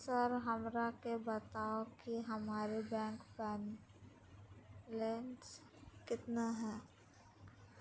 Sir हमरा के बताओ कि हमारे बैंक बैलेंस कितना है?